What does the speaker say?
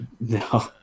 No